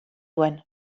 duen